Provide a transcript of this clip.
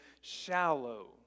shallow